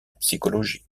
psychologie